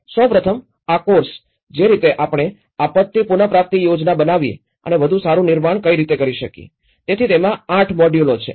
સૌ પ્રથમ આ કોર્સ જે રીતે આપણે આપત્તિ પુન પ્રાપ્તિની યોજના બનાવી અને વધુ સારું નિર્માણ કર્યું તેથી તેમાં 8 મોડ્યુલો છે